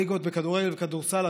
הליגות בכדורגל וכדורסל,